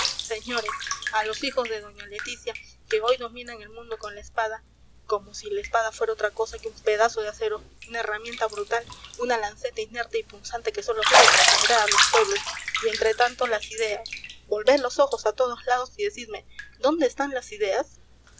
señores a los hijos de doña leticia que hoy dominan el mundo con la espada como si la espada fuera otra cosa que un pedazo de acero una herramienta brutal una lanceta inerte y punzante que sólo sirve para sangrar a los pueblos y entre tanto las ideas volved los ojos a todos lados y decidme dónde están las ideas